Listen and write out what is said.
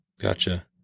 gotcha